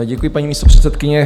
Děkuji, paní místopředsedkyně.